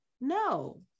No